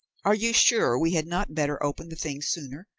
are you sure we had not better open the thing sooner?